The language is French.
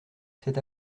cet